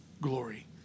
glory